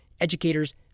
educators